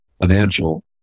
Financial